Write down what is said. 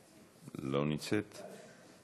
לא נמצאת,